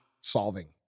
solving